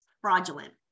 fraudulent